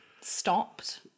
stopped